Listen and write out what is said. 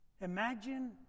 Imagine